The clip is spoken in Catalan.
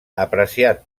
apreciat